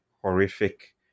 horrific